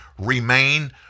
remain